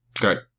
Good